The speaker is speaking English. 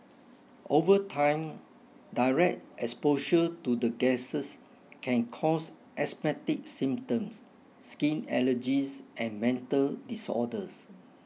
over time direct exposure to the gases can cause asthmatic symptoms skin allergies and mental disorders